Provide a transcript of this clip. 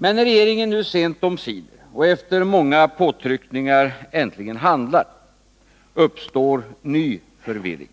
Men när regeringen nu sent omsider och efter många påtryckningar äntligen handlar, uppstår ny förvirring.